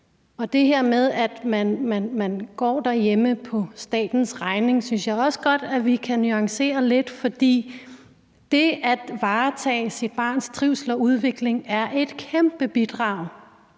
Og det her med, at man går derhjemme på statens regning, synes jeg også godt at vi kan nuancere lidt, for det at varetage sit barns trivsel og udvikling er et kæmpe bidrag